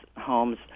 homes